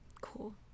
Cool